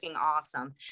awesome